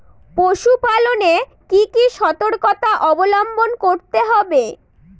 পশুপালন এ কি কি সর্তকতা অবলম্বন করতে হবে?